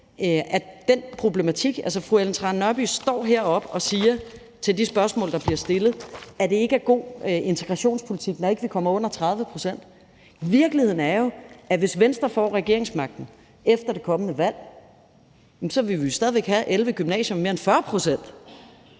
den problematik. Altså, fru Ellen Trane Nørby står heroppe og siger til de spørgsmål, der bliver stillet, at det ikke er god integrationspolitik, når vi ikke kommer under 30 pct. Virkeligheden er jo, at vi, hvis Venstre får regeringsmagten efter det kommende valg, så stadig væk vil have 11 gymnasier med mere end 40 pct.